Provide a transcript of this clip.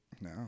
No